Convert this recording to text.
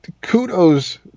kudos